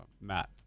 Matt